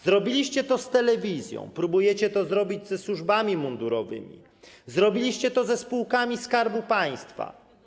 Zrobiliście to z telewizją, próbujecie to zrobić ze służbami mundurowymi, zrobiliście to ze spółkami Skarbu Państwa.